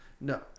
No